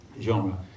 genre